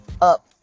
up